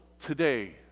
today